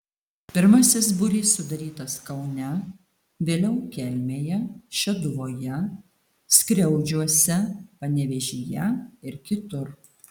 pirmasis būrys sudarytas kaune vėliau kelmėje šeduvoje skriaudžiuose panevėžyje ir kitur